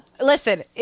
Listen